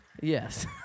Yes